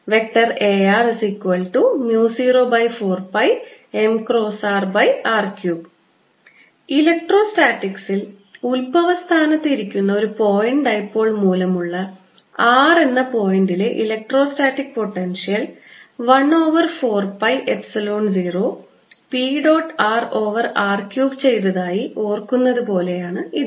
Ar04πmrr3 ഇലക്ട്രോസ്റ്റാറ്റിക്സിൽ ഉത്ഭവസ്ഥാനത്ത് ഇരിക്കുന്ന ഒരു പോയിന്റ് ഡൈപോൾ മൂലമുള്ള r എന്ന പോയിൻറ്ലെ electrostatic potential 1 over 4 pi epsilon 0 P dot r over r cube ചെയ്തതായി ഓർക്കുന്നത് പോലെയാണ് ഇത്